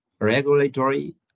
regulatory